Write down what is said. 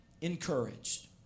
encouraged